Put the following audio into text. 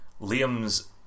Liam's